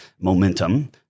momentum